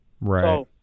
Right